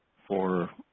for